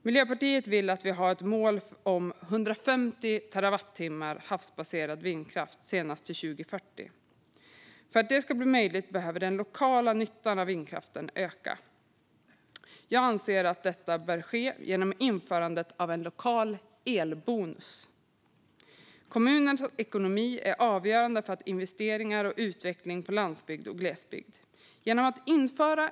Miljöpartiet vill att målet ska vara 150 terawattimmar för havsbaserad vindkraft senast 2040. För att det ska bli möjligt behöver den lokala nyttan av vindkraften öka. Jag anser att detta bör ske genom införandet av en lokal elbonus. Kommunernas ekonomi är avgörande för investeringar och utveckling på landsbygden och i glesbygden.